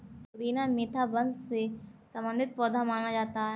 पुदीना मेंथा वंश से संबंधित पौधा माना जाता है